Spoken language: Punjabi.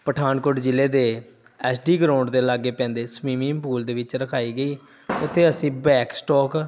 ਪਠਾਨਕੋਟ ਜ਼ਿਲ੍ਹੇ ਦੇ ਐਸ ਡੀ ਗਰਾਊਂਡ ਦੇ ਲਾਗੇ ਪੈਂਦੇ ਸਵੀਮਿੰਗ ਪੂਲ ਦੇ ਵਿੱਚ ਰਖਵਾਈ ਗਈ ਉੱਥੇ ਅਸੀਂ ਬੈਕ ਸਟੋਕ